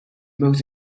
most